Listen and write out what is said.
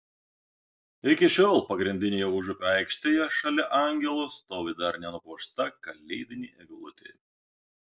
iki šiol pagrindinėje užupio aikštėje šalia angelo stovi dar nenupuošta kalėdinė eglutė